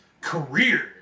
career